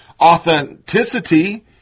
authenticity